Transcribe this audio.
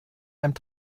einem